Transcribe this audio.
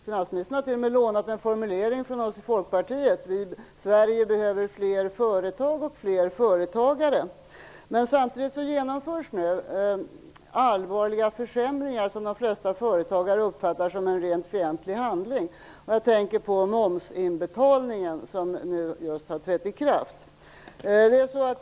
Finansministern har t.o.m. lånat en formulering från Folkpartiet, nämligen att Sverige behöver fler företag och fler företagare. Men samtidigt genomförs nu en allvarlig försämring, som de flesta företagare uppfattar som en rent fientlig handling. Jag tänker på den förändring av momsinbetalningarna som just har trätt i kraft.